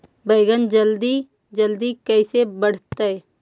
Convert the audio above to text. बैगन जल्दी जल्दी कैसे बढ़तै?